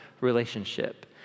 relationship